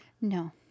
No